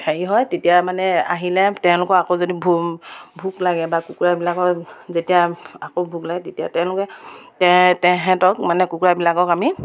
হেৰি হয় তেতিয়া মানে আহিলে তেওঁলোকক আকৌ যদি ভোক ভোক লাগে বা কুকুৰাবিলাকৰ যেতিয়া আকৌ ভোক লাগে তেতিয়া তেওঁলোকে তেহেঁতক মানে কুকুৰাবিলাকক আমি